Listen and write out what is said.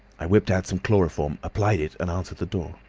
i whipped out some chloroform, applied it, and answered the door.